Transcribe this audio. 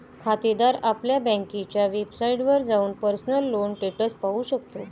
खातेदार आपल्या बँकेच्या वेबसाइटवर जाऊन पर्सनल लोन स्टेटस पाहू शकतो